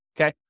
Okay